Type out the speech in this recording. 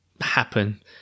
happen